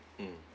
mm